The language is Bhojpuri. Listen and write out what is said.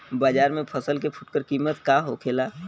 बाजार में फसल के फुटकर कीमत का होखेला?